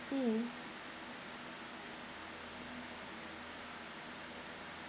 mm